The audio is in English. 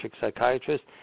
psychiatrist